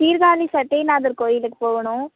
சீர்காழி சாத்தியநாதர் கோயிலுக்கு போகணும்